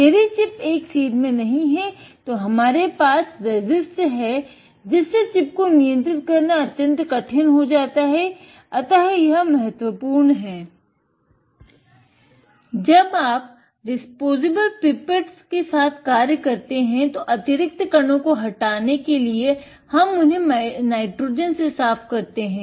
अगर चिप एक सीध में नही है तो हमारे पास रेसिस्ट है जिससे चिप को नियंत्रित करना अत्यंत कठिन हो जाता है अतः यह महत्वपूर्ण है